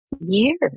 years